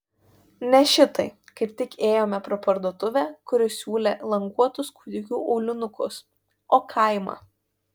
ne šitai kaip tik ėjome pro parduotuvę kuri siūlė languotus kūdikių aulinukus o kaimą